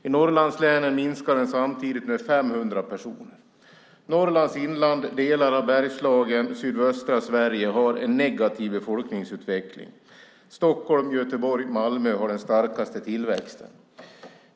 I Norrlandslänen minskade den samtidigt med 500 personer. Norrlands inland, delar av Bergslagen och sydöstra Sverige har en negativ befolkningsutveckling. Stockholm, Göteborg och Malmö har den starkaste tillväxten.